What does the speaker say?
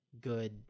good